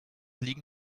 liegen